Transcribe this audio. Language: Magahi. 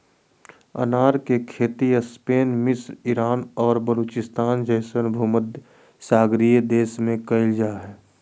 अनार के खेती स्पेन मिस्र ईरान और बलूचिस्तान जैसन भूमध्यसागरीय देश में कइल जा हइ